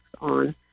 on